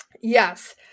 yes